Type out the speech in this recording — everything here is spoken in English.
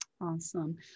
Awesome